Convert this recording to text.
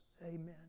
Amen